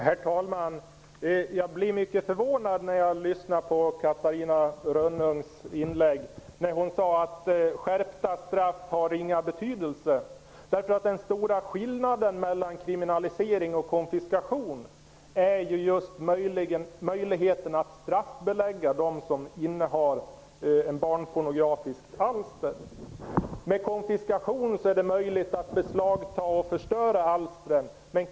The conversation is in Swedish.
Herr talman! Jag blir mycket förvånad när jag lyssnar på Catarina Rönnungs inlägg. Hon sade att skärpta straff har ringa betydelse. Den stora skillnaden mellan kriminalisering och konfiskation är ju möjligheten att straffbelägga dem som innehar barnpornografiskt alster. Med konfiskation är det möjligt att beslagta och förstöra alstren.